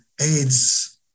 AIDS